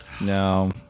No